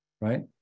right